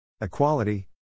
equality